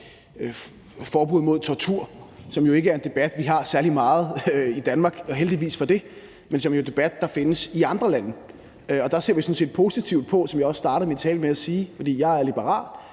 forbud mod tortur, som jo ikke er en debat, vi har særlig meget i Danmark, og heldigvis for det, men som jo er en debat, der findes i andre lande. Og som jeg startede min tale med at sige, fordi jeg er liberal,